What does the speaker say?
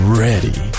ready